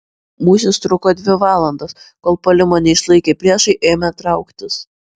mūšis truko dvi valandas kol puolimo neišlaikę priešai ėmė trauktis